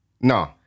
no